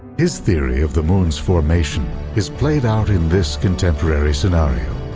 his theory of the moon's formation is played out in this contemporary scenario.